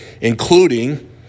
including